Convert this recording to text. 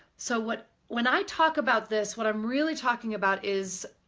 so what when i talk about this what i'm really talking about is,